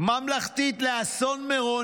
ממלכתית לאסון מירון,